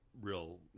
real